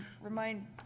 Remind